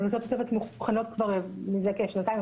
המלצות הצוות מוכנות כבר מזה שנתיים,